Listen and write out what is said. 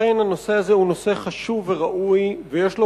אכן הנושא הזה הוא נושא חשוב וראוי ויש לו